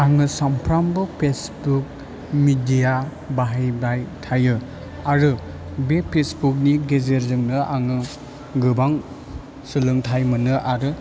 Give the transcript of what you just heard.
आङो सानफ्रोमबो Facebook media बाहायबाय थायो आरो बे फेसबुकनि गेजेरजोंनो आङो गोबां सोलोंथाइ मोनो आरो